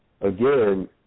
again